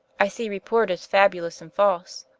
i see report is fabulous and false.